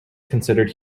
considered